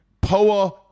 Poa